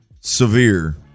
severe